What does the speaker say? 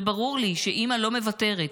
וברור לי שאימא לא מוותרת.